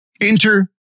Enter